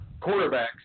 quarterbacks